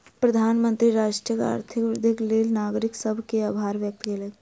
प्रधानमंत्री राष्ट्रक आर्थिक वृद्धिक लेल नागरिक सभ के आभार व्यक्त कयलैन